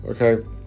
okay